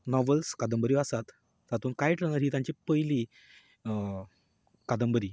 novels कादंबऱ्यो आसात तातूंत कायट रनर ही तांची पयली कादंबरी